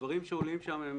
הדברים שעולים שם הם,